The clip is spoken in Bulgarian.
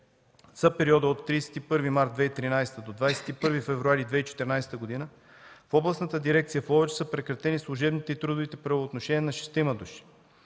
За периода от 31 март 2013 г. до 21 февруари 2014 г. в Областната дирекция в Ловеч са прекратени служебните и трудовите правоотношения на шестима